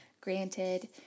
granted